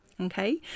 Okay